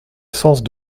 sens